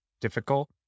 difficult